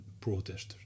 protesters